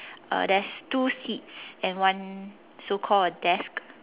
uh there's two seats and one so called a desk